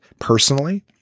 personally